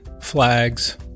flags